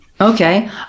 Okay